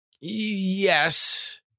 Yes